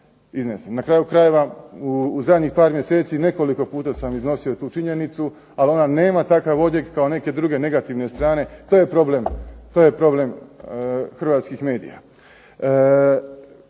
Na kraju krajeva u zadnjih par mjeseci nekoliko puta sam iznosio tu činjenicu, ali ona nema takav odjek kao neke druge negativne strane. To je problem hrvatskih medija.